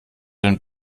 den